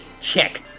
Check